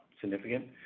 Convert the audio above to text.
significant